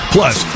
Plus